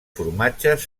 formatges